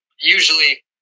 usually